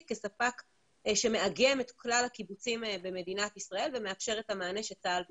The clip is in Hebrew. כספק שמאגם את כלל הקיבוצים במדינת ישראל ומאפשר את המענה שצה"ל ביקש.